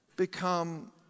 Become